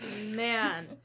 man